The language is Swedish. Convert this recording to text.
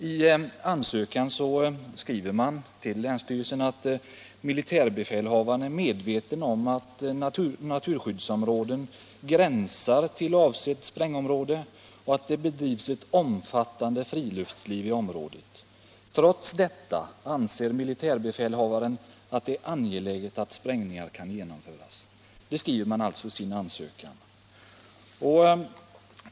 I ansökan till länsstyrelsen står det: ”Militärbefälhavaren är medveten om att naturskyddsområden gränsar till avsett sprängningsområde och att det under sommarmånaderna bedrivs ett omfattande friluftsliv i området. Trots detta anser militärbefälhavaren det angeläget att utbildning av personal och försökssprängningar kan genomföras.” — Det skriver man alltså i sin ansökan.